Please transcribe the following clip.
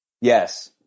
Yes